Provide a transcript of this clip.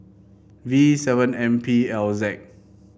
V seven M P L Z